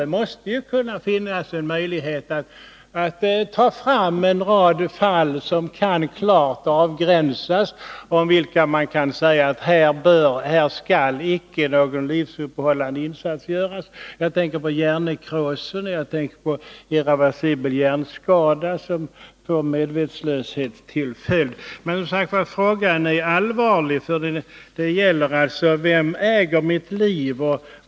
Det måste finnas en möjlighet att ta fram en rad fall, som kan klart avgränsas och om vilka kan sägas: Här skall inte någon livsuppehållande insats göras! Jag tänker på hjärnnekros och på irreversibel hjärnskada, som får medvetslöshet till följd. Frågan är allvarlig. Det gäller alltså detta: Vem äger mitt liv?